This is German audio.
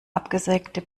abgesägte